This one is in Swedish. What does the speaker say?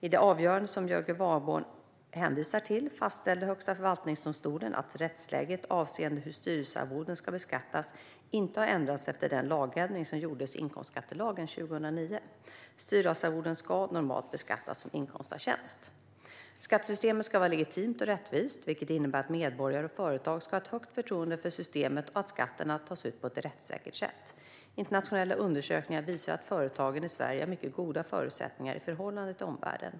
I det avgörande som Jörgen Warborn hänvisar till fastställde Högsta förvaltningsdomstolen att rättsläget avseende hur styrelsearvoden ska beskattas inte har ändrats efter den lagändring som gjordes i inkomstskattelagen 2009. Styrelsearvoden ska normalt beskattas som inkomst av tjänst. Skattesystemet ska vara legitimt och rättvist, vilket innebär att medborgare och företag ska ha ett högt förtroende för systemet och att skatterna tas ut på ett rättssäkert sätt. Internationella undersökningar visar att företagen i Sverige har mycket goda förutsättningar i förhållande till omvärlden.